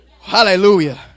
Hallelujah